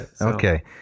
Okay